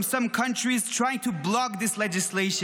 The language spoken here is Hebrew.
some countries trying to block this legislation.